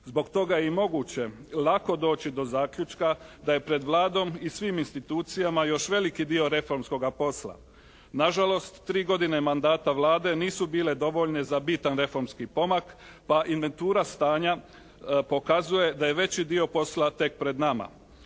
Zbog toga je i moguće lako doći do zaključka da je pred Vladom i svim institucijama još veliki dio reformskoga posla. Nažalost, tri godine mandata Vlade nisu bile dovoljne za bitan reformski pomak pa inventura stanja pokazuje da je veći dio posla tek pred nama.